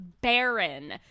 Baron